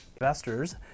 investors